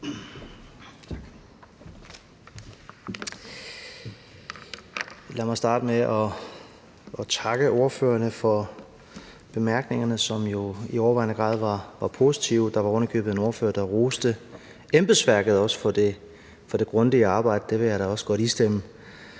Lad mig starte med at takke ordførerne for bemærkningerne, som jo i overvejende grad var positive. Der var ovenikøbet også en ordfører, der roste embedsværket for det grundige arbejde; det vil jeg da også godt istemme.